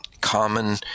common